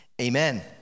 Amen